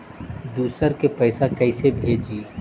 दुसरे के पैसा कैसे भेजी?